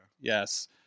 yes